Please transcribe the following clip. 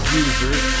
users